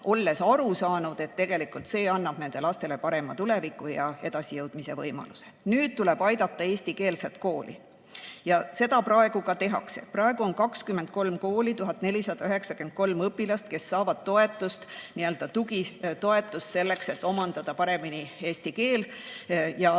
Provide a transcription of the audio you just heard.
olles aru saanud, et tegelikult see annab nende lastele parema tuleviku ja edasijõudmise võimaluse. Nüüd tuleb aidata eestikeelset kooli. Ja seda praegu ka tehakse. Praegu saavad 23 kooli ja 1493 õpilast tugitoetust selleks, et omandada paremini eesti keel ja